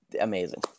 amazing